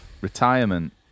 retirement